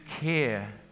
care